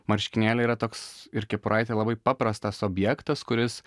marškinėliai yra toks ir kepuraitė labai paprastas objektas kuris